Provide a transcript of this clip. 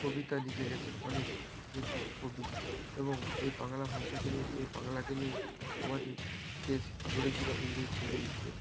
কবিতা লিখে গেছেন অনেক লেখক কবি এবং এ বাংলা ভাষাকে নিয়ে এই বাংলাকে নিয়েই আমাদের দেশ লড়েছিলো ইংরেজদের বিরুদ্ধে